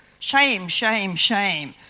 shame, shame, shame.